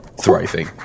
thriving